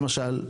למשל,